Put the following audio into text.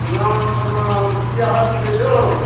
प्रणाम प्रणाम की हाल छै यौ